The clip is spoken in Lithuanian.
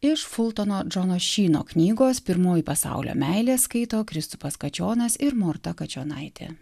iš fultono džono šyno knygos pirmoji pasaulio meilė skaito kristupas kačionas ir morta kačionaitė